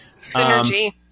Synergy